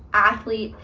athlete,